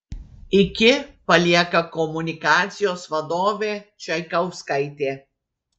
iki palieka komunikacijos vadovė čaikauskaitė